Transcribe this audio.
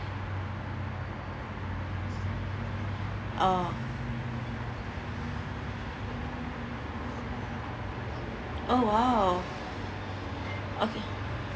oh oh !wow! okay